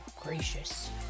Gracious